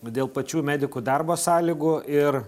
dėl pačių medikų darbo sąlygų ir